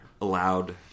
allowed